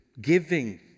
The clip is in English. giving